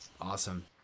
Awesome